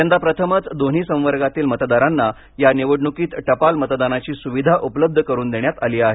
यंदा प्रथमच दोन्ही संवर्गातील मतदारांना या निवडणुकीत टपाल मतदानाची सुविधा उपलब्ध करून देण्यात आली आहे